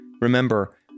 Remember